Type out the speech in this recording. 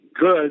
good